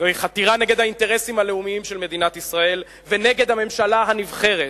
זוהי חתירה נגד האינטרסים הלאומיים של מדינת ישראל ונגד הממשלה הנבחרת.